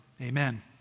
Amen